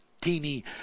teeny